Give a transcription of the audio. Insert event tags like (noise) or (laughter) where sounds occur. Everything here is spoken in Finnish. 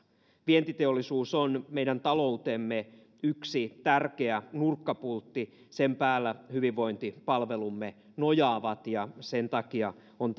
vientiteollisuus on meidän taloutemme yksi tärkeä nurkkapultti sen päällä hyvinvointipalvelumme nojaavat ja sen takia on (unintelligible)